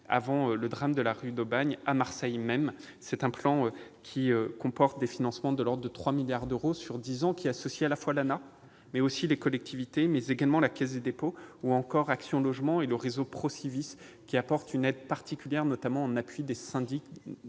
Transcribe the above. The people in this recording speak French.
avant le drame de la rue d'Aubagne. Ce plan comporte des financements de l'ordre de 3 milliards d'euros sur dix ans ; il associe à la fois l'ANAH et les collectivités, mais également la Caisse des dépôts et consignations, Action logement et le réseau Procivis, qui apporte une aide particulière, notamment en appui des syndics